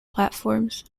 platforms